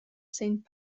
saint